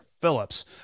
Phillips